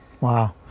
Wow